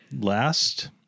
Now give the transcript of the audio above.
last